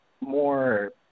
more